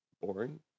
boring